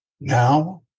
now